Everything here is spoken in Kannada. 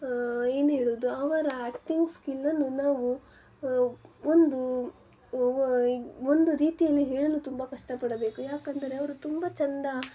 ಏನು ಹೇಳುವುದು ಅವರ ಆ್ಯಕ್ಟಿಂಗ್ ಸ್ಕಿಲ್ಲನ್ನು ನಾವು ಒಂದು ಒಂದು ರೀತಿಯಲ್ಲಿ ಹೇಳಲು ತುಂಬ ಕಷ್ಟಪಡಬೇಕು ಯಾಕಂದರೆ ಅವರು ತುಂಬ ಚೆಂದ